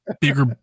Bigger